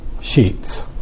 sheets